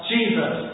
Jesus